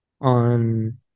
on